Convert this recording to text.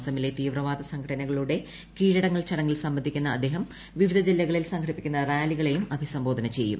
അസമിലെ തീവ്രവാദ സംഘങ്ങളുടെ കീഴടങ്ങൽ ചടങ്ങിൽ സംബന്ധിക്കുന്ന അദ്ദേഹം വിവിധ ജില്ലകളിൽ സംഘടിപ്പിക്കുന്ന റാലികളേയും അഭിസംബോധന ചെയ്യും